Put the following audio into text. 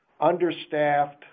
understaffed